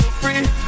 free